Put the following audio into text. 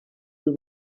del